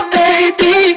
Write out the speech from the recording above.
baby